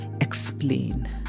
explain